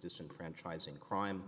disenfranchising crime